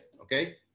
okay